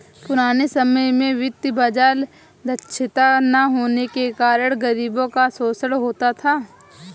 पुराने समय में वित्तीय बाजार दक्षता न होने के कारण गरीबों का शोषण होता था